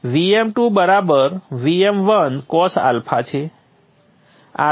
Vm2 બરાબર Vm1 cosα છે